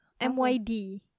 MYD